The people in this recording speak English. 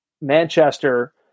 Manchester